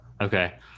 Okay